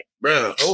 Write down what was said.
Bro